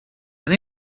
and